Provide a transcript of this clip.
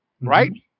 right